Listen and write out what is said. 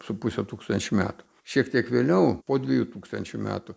su puse tūkstančio metų šiek tiek vėliau po dviejų tūkstančių metų